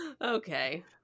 Okay